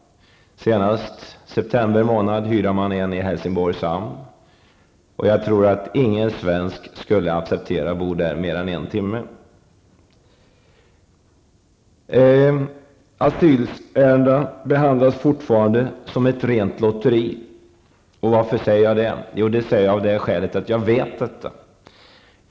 Senast i september månad hyrde man en sådan i Helsingborgs hamn. Jag tror inte att någon svensk skulle acceptera att bo där mer än en timme. Asylärenden behandlas fortfarande som ett rent lotteri. Varför säger jag det? Det säger jag av det skälet att jag vet detta.